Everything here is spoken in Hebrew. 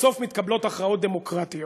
בסוף מתקבלות הכרעות דמוקרטיות,